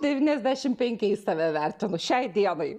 devyniasdešimt penkiais save vertinu šiai dienai